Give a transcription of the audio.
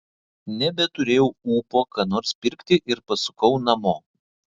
nebeturėjau ūpo ką nors pirkti ir pasukau namo